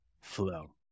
flow